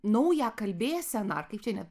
naują kalbėseną ar kaip čia net